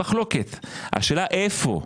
השאלה היא היכן.